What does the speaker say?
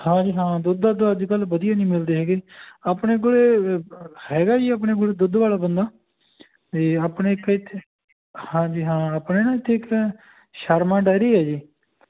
ਹਾਂ ਜੀ ਹਾਂ ਦੁੱਧ ਦੱਧ ਅੱਜ ਕੱਲ੍ਹ ਵਧੀਆ ਨਹੀਂ ਮਿਲਦੇ ਹੈਗੇ ਆਪਣੇ ਕੋਲ ਹੈਗਾ ਜੀ ਆਪਣੇ ਕੋਲ ਦੁੱਧ ਵਾਲਾ ਬੰਦਾ ਅਤੇ ਆਪਣੇ ਇੱਕ ਇੱਥੇ ਹਾਂਜੀ ਹਾਂ ਆਪਣੇ ਨਾ ਇੱਥੇ ਇੱਕ ਸ਼ਰਮਾ ਡੇਅਰੀ ਹੈ ਜੀ